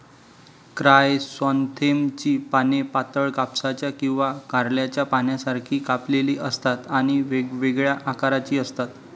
क्रायसॅन्थेममची पाने पातळ, कापसाच्या किंवा कारल्याच्या पानांसारखी कापलेली असतात आणि वेगवेगळ्या आकाराची असतात